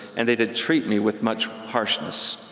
and they did treat me with much harshness.